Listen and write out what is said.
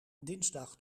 dinsdag